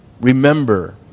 Remember